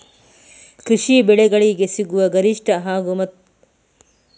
ಕೃಷಿ ಬೆಳೆಗಳಿಗೆ ಸಿಗುವ ಗರಿಷ್ಟ ಸಾಲ ಮತ್ತು ಸಬ್ಸಿಡಿ ಎಷ್ಟು?